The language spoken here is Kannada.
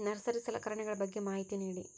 ನರ್ಸರಿ ಸಲಕರಣೆಗಳ ಬಗ್ಗೆ ಮಾಹಿತಿ ನೇಡಿ?